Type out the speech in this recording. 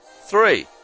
three